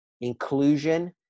inclusion